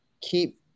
keep